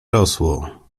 rosło